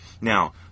Now